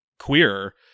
queer